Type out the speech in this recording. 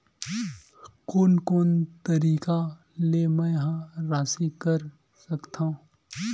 कोन कोन तरीका ले मै ह राशि कर सकथव?